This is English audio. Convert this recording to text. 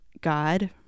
God